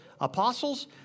apostles